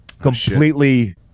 completely